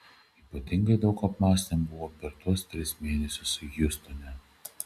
ypatingai daug apmąstymų buvo per tuos tris mėnesius hjustone